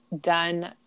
done